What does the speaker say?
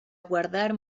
guardar